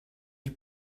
die